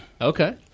Okay